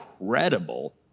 incredible